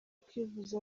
kwivuza